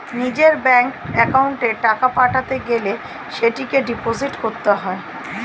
নিজের ব্যাঙ্ক অ্যাকাউন্টে টাকা পাঠাতে গেলে সেটাকে ডিপোজিট করতে হয়